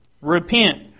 Repent